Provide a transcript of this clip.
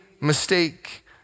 mistake